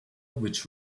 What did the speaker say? which